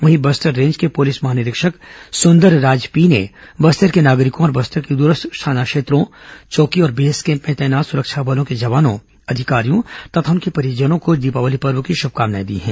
वहीं बस्तर रेंज के पुलिस महानिरीक्षक सुंदरराज पी ने बस्तर के नागरिकों और बस्तर के दूरस्थ थाना क्षेत्रों चौकी और बेस कैम्प में तैनात सुरक्षा बलों के जवानों अधिकारियों तथा उनके परिवारजनों को दीपावली पर्व की शुभकामनाएं दी हैं